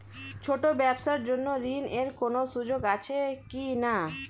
ছোট ব্যবসার জন্য ঋণ এর কোন সুযোগ আছে কি না?